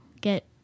get